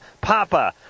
Papa